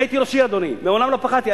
אני הייתי ראש עיר, אדוני, ומעולם לא פחדתי.